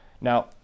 now